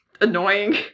annoying